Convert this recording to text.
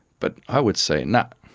but i would say no,